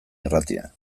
irratia